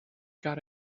got